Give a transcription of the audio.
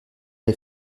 les